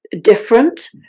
different